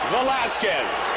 Velasquez